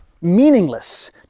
meaningless